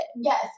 Yes